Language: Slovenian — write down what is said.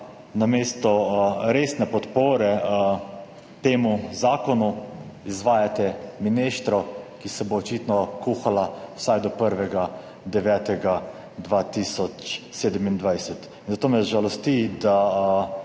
namesto resne podpore temu zakonu izvajate mineštro, ki se bo očitno kuhala vsaj do 1. 9. 2027. In zato me žalosti, da